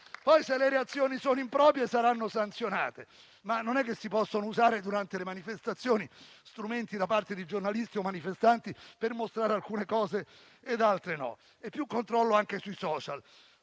Poi, se le reazioni sono improprie, saranno sanzionate; ma non è che si possono usare, durante le manifestazioni, strumenti da parte di giornalisti o manifestanti per mostrare alcune cose e altre no. È necessario più controllo anche sui *social*,